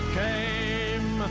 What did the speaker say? came